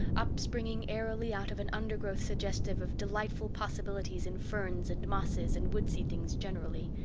upspringing airily out of an undergrowth suggestive of delightful possibilities in ferns and mosses and woodsy things generally.